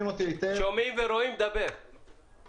לשאול כדי שזה ייכתב בדברי הימים של הכנסת.